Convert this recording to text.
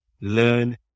Learn